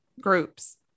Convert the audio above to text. groups